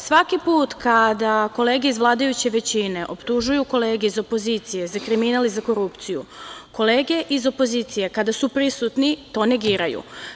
Svaki put kada kolege iz vladajuće većine optužuju kolege iz opozicije za kriminal i za korupciju, kolege iz opozicije kada su prisutni to negiraju.